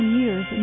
years